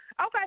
Okay